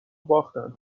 باختن